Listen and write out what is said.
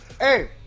hey